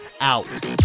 out